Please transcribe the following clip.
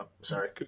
sorry